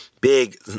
big